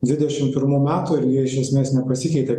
dvidešim pirmų metų ir jie iš esmės nepasikeitė